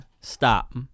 Stop